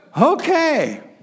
okay